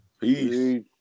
Peace